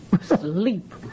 sleep